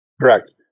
Correct